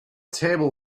table